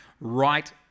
right